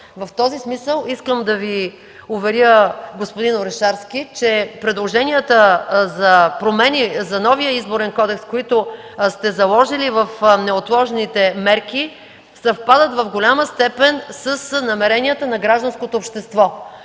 В този смисъл искам да Ви уверя, господин Орешарски, че предложенията за промени в новия Изборен кодекс, които сте заложили в неотложните мерки, съвпадат в голяма степен с намеренията на гражданското общество.